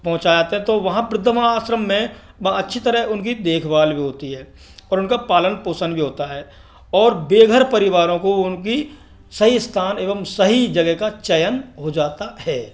पहुँचाते तो वहाँ वृद्धाश्रम में वो अच्छी तरह उनकी देखभाल भी होती है और उनका पालन पोषण भी होता है और बेघर परिवारों को उनकी सही स्थान एवं सही जगह का चयन हो जाता है